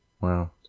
wow